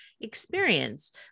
experience